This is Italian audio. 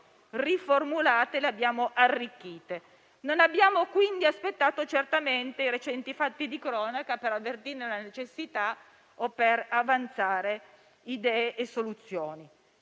Non abbiamo quindi di certo aspettato i recenti fatti di cronaca per avvertirne la necessità o per avanzare idee e soluzioni.